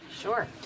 Sure